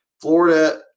Florida